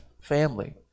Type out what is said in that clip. family